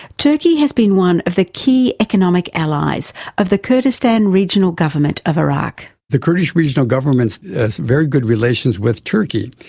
turkey has been one of the key economic allies of the kurdistan regional government of iraq. the kurdish regional government has very good relations with turkey.